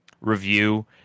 review